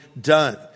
done